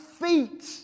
feet